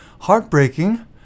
Heartbreaking